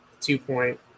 two-point